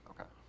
Okay